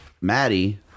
Maddie